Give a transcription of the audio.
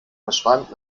verschwand